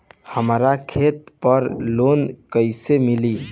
हमरा खेत पर लोन कैसे मिली?